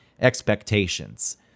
expectations